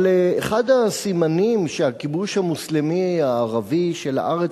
אבל אחד הסימנים שהכיבוש המוסלמי הערבי של הארץ